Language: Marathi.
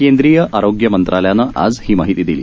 केंद्रीय आरोग्य मंत्रालयानं आज ही माहिती दिली